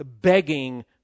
begging